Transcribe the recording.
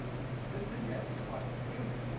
and this can get quite confusing,